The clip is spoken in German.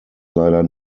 leider